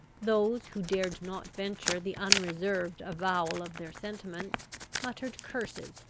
those who dared not venture the unreserved avowal of their sentiments muttered curses,